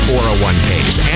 401Ks